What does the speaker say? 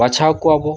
ᱵᱟᱪᱷᱟᱣ ᱠᱚᱣᱟᱵᱚ